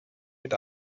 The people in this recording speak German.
mit